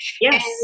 Yes